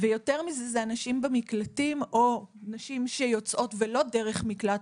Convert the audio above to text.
ויותר מזה זה האנשים במקלטים או נשים שיוצאות ולא דרך מקלט,